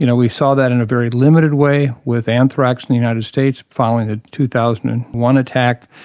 you know we saw that in a very limited way with anthrax in the united states following the two thousand and one attack.